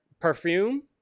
perfume